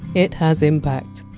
it has impact.